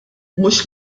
mhux